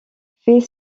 fais